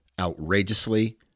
outrageously